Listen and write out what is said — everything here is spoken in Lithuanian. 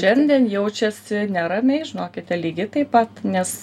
šiandien jaučiasi neramiai žinokite lygiai taip pat nes